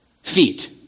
feet